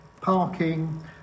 parking